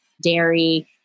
dairy